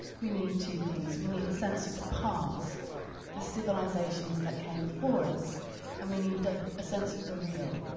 we need two things we need a sense of the past the civilizations that came before us and we need a sense of the real.